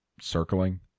circling